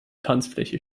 tanzfläche